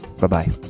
Bye-bye